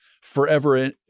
forever